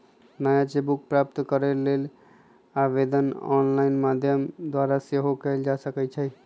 नया cheque book प्राप्त करेके लेल आवेदन ऑनलाइन माध्यम द्वारा सेहो कएल जा सकइ छै